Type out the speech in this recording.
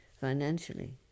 financially